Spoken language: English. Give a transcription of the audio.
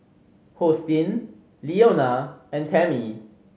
Hosteen Leona and Tammie